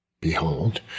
behold